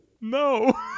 No